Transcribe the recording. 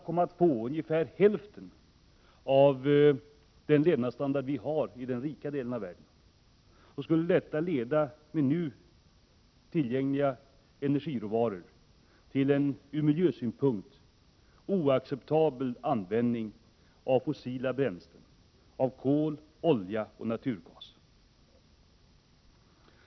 skulle få ungefär hälften av den levnadsstandard som vi har i den rika delen av världen, skulle detta, med nu tillgängliga energiråvaror och energiteknik, leda till en ur miljösynpunkt globalt sett oacceptabel användning av fossila bränslen såsom kol, olja och naturgas.